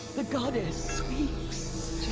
the goddess speaks!